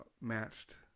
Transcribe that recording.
matched